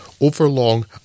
overlong